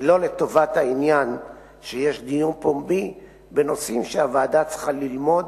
זה לא לטובת העניין שיש דיון פומבי בנושאים שהוועדה צריכה ללמוד,